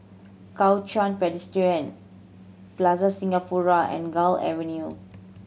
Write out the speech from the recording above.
Kuo Chuan Presbyterian Plaza Singapura and Gul Avenue